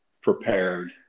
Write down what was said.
prepared